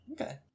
Okay